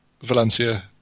Valencia